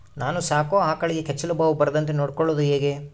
ನಾನು ಸಾಕೋ ಆಕಳಿಗೆ ಕೆಚ್ಚಲುಬಾವು ಬರದಂತೆ ನೊಡ್ಕೊಳೋದು ಹೇಗೆ?